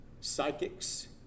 psychics